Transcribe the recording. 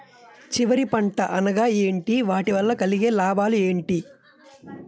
చివరి పంట అనగా ఏంటి వాటి వల్ల కలిగే లాభాలు ఏంటి